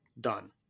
done